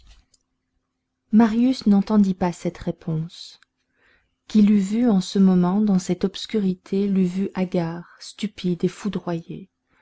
marius n'entendit pas cette réponse qui l'eût vu en ce moment dans cette obscurité l'eût vu hagard stupide et foudroyé